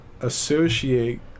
associate